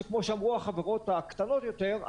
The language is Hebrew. כמו שאמרו החברות הקטנות יותר,